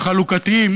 החלוקתיים